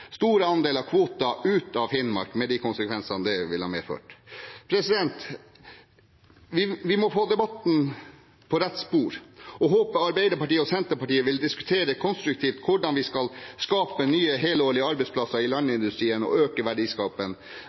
store andeler av kvoten ut av Finnmark med de konsekvensene det ville ha medført. Vi må få debatten på rett spor, og jeg håper at Arbeiderpartiet og Senterpartiet vil diskutere konstruktivt hvordan vi skal skape nye helårige arbeidsplasser i landindustrien og øke